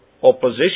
opposition